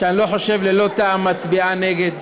שאני חושב שללא טעם היא מצביעה נגד.